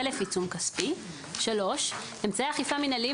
חלף עיצום כספי אמצעי אכיפה מינהליים